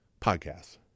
podcasts